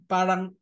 Parang